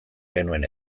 genuen